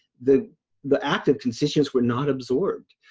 the the active constituents were not absorbed.